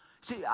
See